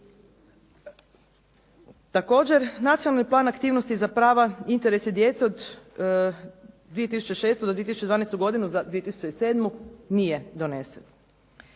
Također, nacionalni plan aktivnosti za prava i interesa djece 2006.-2012. godinu za 2007. nije donesen.